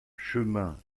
chemin